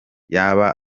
yaba